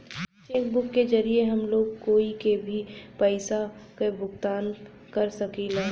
check book के जरिये हम लोग कोई के भी पइसा क भुगतान कर सकीला